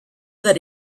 that